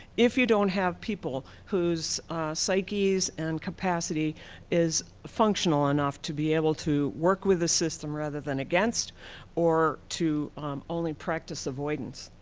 if you don't have people whose psyches and capacity is functional enough to be able to work with a system rather than against or to only practice avoidance.